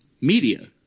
media